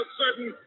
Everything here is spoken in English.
certain